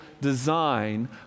design